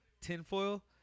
tinfoil